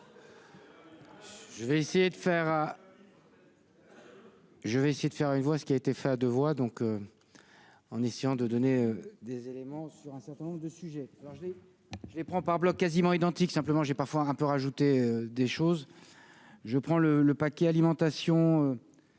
Je vais essayer de faire une voix, ce qui a été fait à 2 voix, donc en essayant de donner des éléments sur un certain nombre de sujets, alors je les je les prends par quasiment identique, simplement j'ai parfois un peu rajouté des choses, je prends le le paquet alimentation